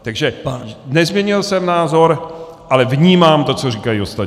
Takže nezměnil jsem názor, ale vnímám to, co říkají ostatní!